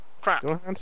Crap